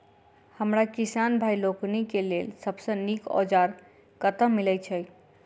हमरा किसान भाई लोकनि केँ लेल सबसँ नीक औजार कतह मिलै छै?